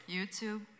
YouTube